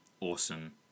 awesome